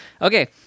Okay